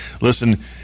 listen